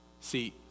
See